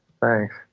Thanks